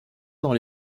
dans